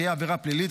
תהיה עבירה פלילית.